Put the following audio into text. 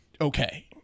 okay